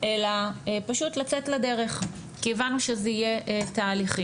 אלא פשוט לצאת לדרך, כי הבנו שזה יהיה תהליכי.